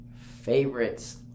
favorites